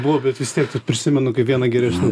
buvo bet vis tiek prisimenu kaip vieną geresnių